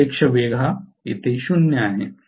सापेक्ष वेग शून्य आहे